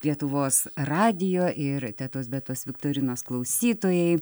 lietuvos radijo ir tetos betos viktorinos klausytojai